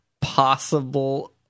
possible